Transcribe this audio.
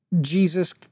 Jesus